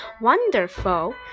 Wonderful